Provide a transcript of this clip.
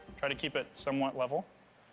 try to keep it somewhat level,